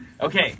Okay